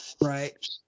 Right